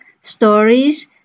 stories